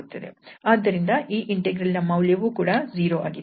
ಆದ್ದರಿಂದ ಈ ಇಂಟೆಗ್ರಲ್ ನ ಮೌಲ್ಯವು ಕೂಡ 0 ಆಗಿದೆ